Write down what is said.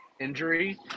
injury